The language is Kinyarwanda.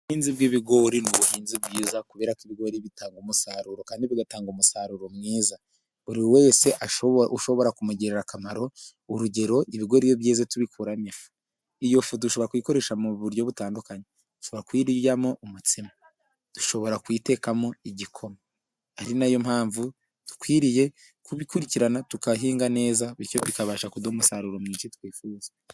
Ubuhinzi bw'ibigori n'ubuhinzi bwiza kubera ko ibigori bitanga umusaruro kandi bigatanga umusaruro mwiza. buri wese ushobora kumugirira akamaro urugero ibigori byiza tubikuramo ifu iyo dushobora kuyikoresha mu buryo butandukanye dushobora ku yiryamo umutsima, dushobora kuyitekamo igikoma ari nayo mpamvu dukwiriye kubikurikirana tugahinga neza bityo bikabasha kuduha umusaruro mwinshi twifuza.